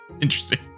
Interesting